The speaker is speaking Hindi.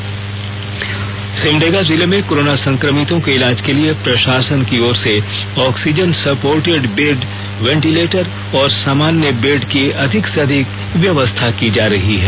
स्पेशल स्टोरी सिमडेगा सिमडेगा जिले में कोरोना संक्रमितों के इलाज के लिए प्रशासन की ओर से ऑक्सीजन सपोर्टेड बेड वेंटिलेटर और सामान्य बेड की अधिक से अधिक व्यवस्था की जा रही है